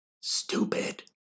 Stupid